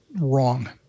wrong